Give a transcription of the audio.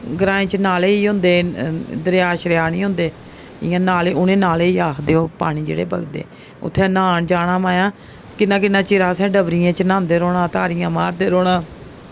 ग्राएं च नाले ई होंदे न दरेआ शरेआ निं होंदे इ'यां नाले उं'नेई नाले ई आखदे ओह् पानी जेह्ड़े बगदे न उत्थै न्हान जाना किन्ना किन्ना चिर असें डबरियें च न्हांदे रौंह्ना तारियां मारदे रौह्ना